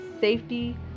safety